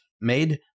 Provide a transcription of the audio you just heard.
made